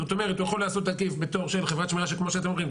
זאת אומרת הוא יכול להיעשות עקיף בתור חברת שמירה שכמו שאתם אומרים,